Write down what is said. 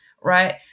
right